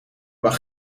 mag